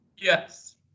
Yes